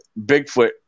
Bigfoot